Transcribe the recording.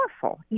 powerful